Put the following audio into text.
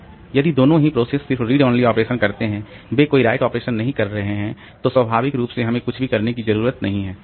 इसलिए यदि दोनों ही प्रोसेस सिर्फ रीड ओनली ऑपरेशन करते हैं वे कोई राइट ऑपरेशन नहीं कर रहे हैं तो स्वाभाविक रूप से हमें कुछ भी करने की ज़रूरत नहीं है